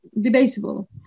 debatable